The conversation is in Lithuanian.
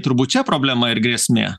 turbūt čia problema ir grėsmė